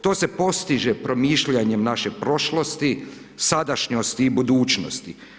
To se postiže promišljanjem naše prošlosti, sadašnjosti i budućnosti.